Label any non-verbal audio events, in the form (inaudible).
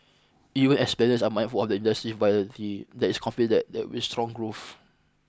even as (unintelligible) are (unintelligible) of industry (unintelligible) that is confident that there with strong growth